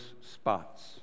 spots